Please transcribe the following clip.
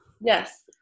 Yes